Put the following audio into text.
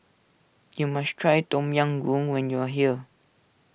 you must try Tom Yam Goong when you are here